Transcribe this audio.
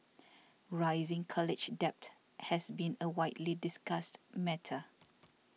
rising college debt has been a widely discussed matter